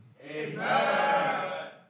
Amen